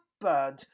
bird